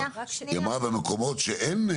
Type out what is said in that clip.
כן, כן, זה במסגרת